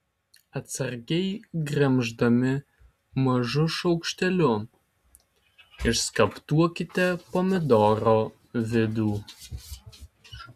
atsargiai gremždami mažu šaukšteliu išskaptuokite pomidoro vidų